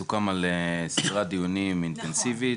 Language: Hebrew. סוכם על סדרת דיונים אינטנסיבית,